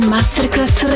Masterclass